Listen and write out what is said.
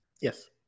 Yes